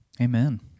Amen